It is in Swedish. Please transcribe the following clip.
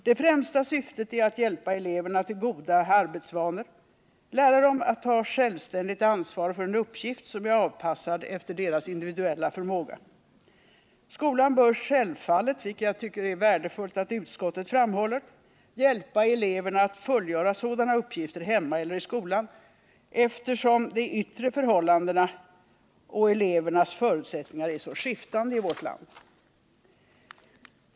Det främsta syftet är att hjälpa eleverna till goda arbetsvanor och lära dem att ta självständigt ansvar för en uppgift, som är avpassad efter deras individuella förmåga. Skolan bör självfallet, vilket jag tycker är värdefullt att utskottet framhåller, hjälpa eleverna att fullgöra sådana uppgifter hemma eller i skolan, eftersom de yttre förhållandena och elevernas förutsättningar är så skiftande i vårt land.